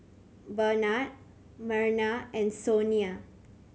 Barnard Merna and Sonia